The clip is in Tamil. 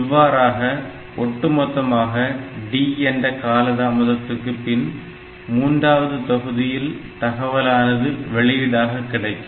இவ்வாறாக ஒட்டுமொத்தமாக D என்ற கால தாமதத்துக்கு பின் மூன்றாவது தொகுதியில் தகவலானது வெளியீடாக கிடைக்கும்